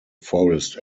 forest